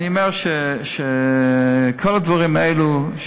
אני אומר שכל הדברים האלה,